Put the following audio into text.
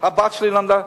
הבת שלי למדה.